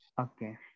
Okay